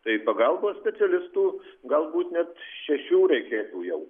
tai pagalbos specialistų galbūt net šešių reikėtų jau